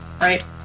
right